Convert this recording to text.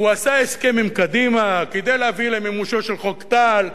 הוא עשה הסכם עם קדימה כדי להביא למימושו של חוק טל,